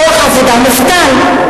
כוח עבודה מובטל,